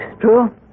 true